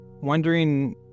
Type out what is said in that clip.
wondering